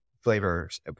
flavors